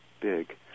big